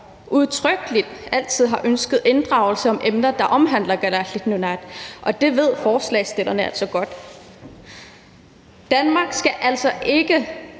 udtrykkelig altid har ønsket inddragelse, når det drejer sig om emner, der omhandler Kalaalit Nunaat, og det ved forslagsstillerne altså godt. Danmark skal altså ikke